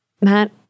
Matt